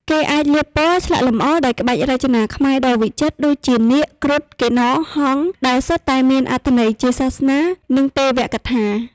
គេអាច លាបពណ៌ ឆ្លាក់លម្អដោយក្បាច់រចនាខ្មែរដ៏វិចិត្រ ដូចជា នាគ គ្រុឌ កិន្នរ ហង្ស ដែលសុទ្ធតែមានអត្ថន័យជាសាសនា និងទេវកថា។